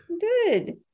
Good